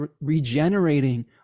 regenerating